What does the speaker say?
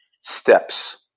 steps